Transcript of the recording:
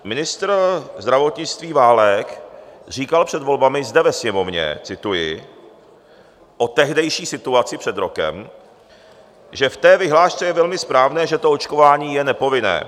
Ministr zdravotnictví Válek říkal před volbami zde ve Sněmovně o tehdejší situaci před rokem, že v té vyhlášce je velmi správné, že to očkování je nepovinné.